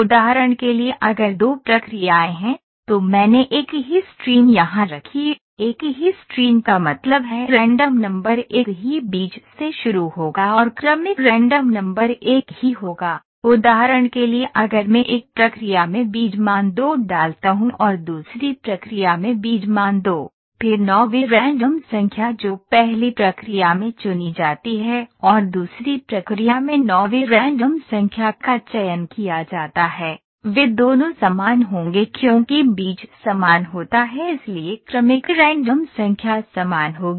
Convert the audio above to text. उदाहरण के लिए अगर दो प्रक्रियाएँ हैं तो मैंने एक ही स्ट्रीम यहाँ रखी एक ही स्ट्रीम का मतलब है रैंडम नंबर एक ही बीज से शुरू होगा और क्रमिक रैंडम नंबर एक ही होगा उदाहरण के लिए अगर मैं एक प्रक्रिया में बीज मान 2 डालता हूँ और दूसरी प्रक्रिया में बीज मान 2 फिर नौवीं रैंडम संख्या जो पहली प्रक्रिया में चुनी जाती है और दूसरी प्रक्रिया में नौवीं रैंडम संख्या का चयन किया जाता है वे दोनों समान होंगे क्योंकि बीज समान होता है इसलिए क्रमिक रैंडम संख्या समान होगी